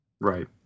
right